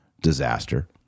Disaster